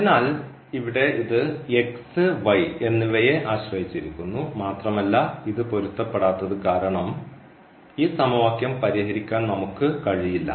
അതിനാൽ ഇവിടെ ഇത് എന്നിവയെ ആശ്രയിച്ചിരിക്കുന്നു മാത്രമല്ല ഇത് പൊരുത്തപ്പെടാത്തത് കാരണം ഈ സമവാക്യം പരിഹരിക്കാൻ നമുക്ക് കഴിയില്ല